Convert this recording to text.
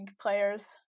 players